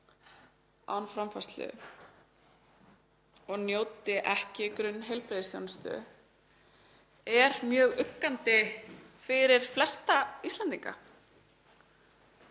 án framfærslu og njóti ekki grunnheilbrigðisþjónustu er mjög uggvænlegt fyrir flesta Íslendinga.